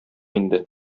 инде